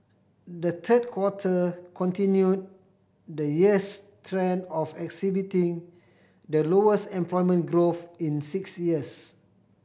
the third quarter continued the year's trend of exhibiting the lowest employment growth in six years